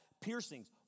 piercings